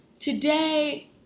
Today